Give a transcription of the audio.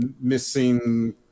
missing